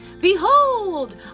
Behold